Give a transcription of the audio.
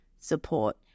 support